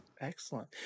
Excellent